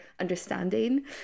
understanding